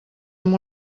amb